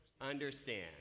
understand